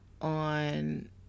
on